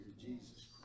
Jesus